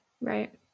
Right